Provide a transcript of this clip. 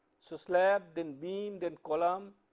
so slab, then beam, then column,